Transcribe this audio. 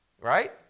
Right